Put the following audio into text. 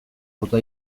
bota